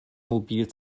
mobil